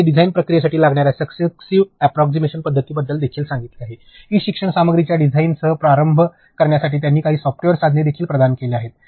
त्यांनी डिझाइन प्रक्रियेसाठी लागणाऱ्या सक्सेसिव्ह अॅपरॉक्सीमेशन पद्धतीबद्दल देखील सांगितले आहे ई शिक्षण सामग्रीच्या डिझाइनसह प्रारंभ करण्यासाठी त्यांनी काही सॉफ्टवेअर साधने देखील प्रदान केल्या आहेत